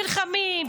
נלחמים,